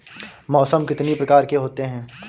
मौसम कितनी प्रकार के होते हैं?